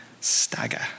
stagger